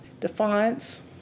defiance